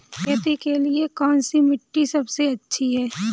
खेती के लिए कौन सी मिट्टी सबसे अच्छी है?